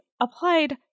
applied